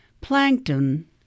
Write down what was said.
Plankton